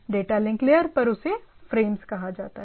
data link layer पर उसे frames कहा जाता है